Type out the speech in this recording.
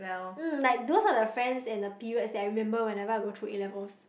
mm like those are the friends and the periods I remember whenever I go through A-levels